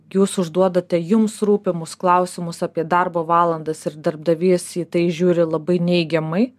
jūs užduodate jums rūpimus klausimus apie darbo valandas ir darbdavys į tai žiūri labai neigiamai